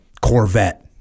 Corvette